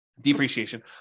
depreciation